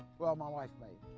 well, my wife maybe.